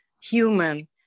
human